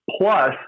plus